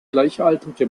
gleichaltrige